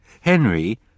Henry